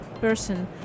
person